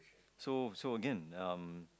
so so again um